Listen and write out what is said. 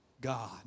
God